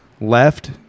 left